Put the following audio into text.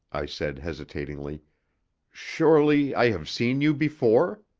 i said hesitatingly surely i have seen you before?